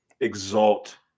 exalt